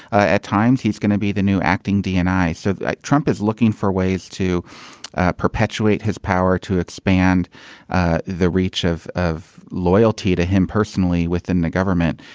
ah at times he's gonna be the new acting dni. so trump is looking for ways to perpetuate his power to expand ah the reach of of loyalty to him personally within the government.